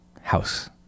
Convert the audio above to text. house